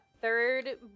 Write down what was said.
third